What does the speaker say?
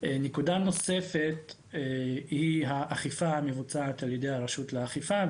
נקודה נוספת היא האכיפה המבוצעת על ידי הרשות לאכיפה.